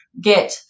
get